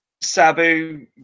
Sabu